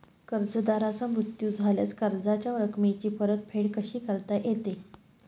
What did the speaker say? कर्जदाराचा मृत्यू झाल्यास कर्जाच्या रकमेची परतफेड कशी करता येते?